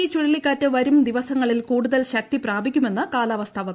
ഫോനി ചുഴലിക്കാറ്റ് വരും ദിവസങ്ങളിൽ കൂടുതൽ ശക്തി പ്രാപിക്കുമെന്ന് കാലാവസ്ഥാവകുപ്പ്